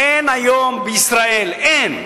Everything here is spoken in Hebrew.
אין היום בישראל, אין,